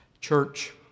Church